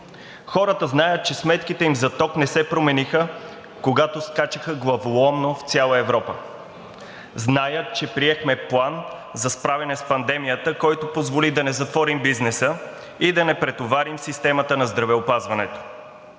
Хората знаят, че сметките им за ток не се промениха, когато скачаха главоломно в цяла Европа. Знаят, че приехме план за справяне с пандемията, който позволи да не затворим бизнеса и да не претоварим системата на здравеопазването.